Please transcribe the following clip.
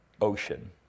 ocean